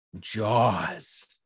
jaws